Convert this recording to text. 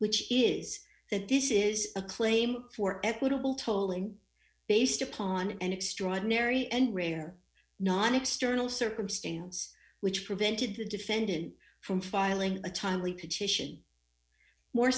which is that this is a claim for equitable tolling based upon an extraordinary and rare non external circumstance which prevented the defendant from filing a timely